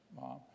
Mom